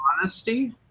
honesty